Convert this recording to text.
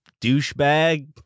douchebag